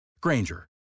Granger